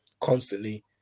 constantly